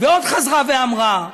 ועוד חזרה ואמרה,